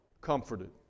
comforted